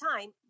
time